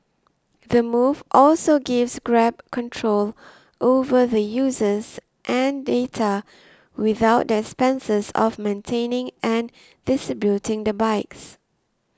the move also gives Grab control over the users and data without the expenses of maintaining and distributing the bikes